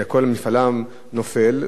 כל זמן שאנחנו גם לא יודעים,